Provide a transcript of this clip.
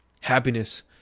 happiness